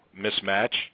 mismatch